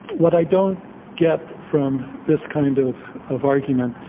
what i don't get from this kind of of argument,